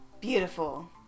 Beautiful